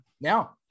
now